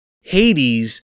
Hades